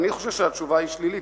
אני חושב שהתשובה היא שלילית.